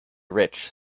rich